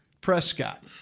Prescott